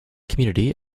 community